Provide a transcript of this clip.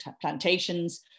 plantations